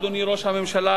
אדוני ראש הממשלה,